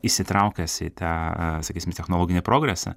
įsitraukęs į tą sakysim technologinį progresą